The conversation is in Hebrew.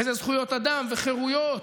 והיא זכויות אדם וחירויות.